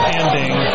ending